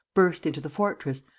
burst into the fortress,